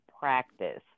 practice